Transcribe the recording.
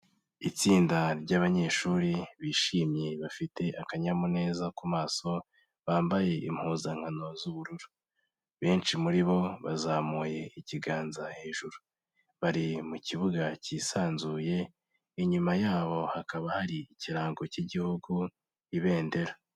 Itsinda ry'abanyeshuri bishimye bafite akanyamuneza ku maso, bambaye impuzankano z'ubururu, benshi muri bo bazamuye ikiganza hejuru, bari mu kibuga cyisanzuye, inyuma yabo hakaba hari ikirango cy'Igihugu Ibendera.